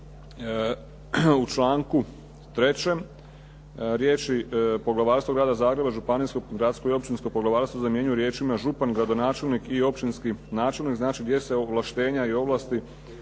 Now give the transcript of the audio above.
u članku 3. riječi: "Poglavarstvo Grada Zagreba, županijsko, gradsko i općinsko poglavarstvo" zamjenjuju riječima: "župan, gradonačelnik i općinski načelnik", znači gdje se ovlaštenja i ovlasti